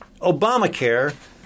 Obamacare